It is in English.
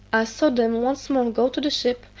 i saw them once more go to the ship,